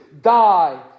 die